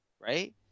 right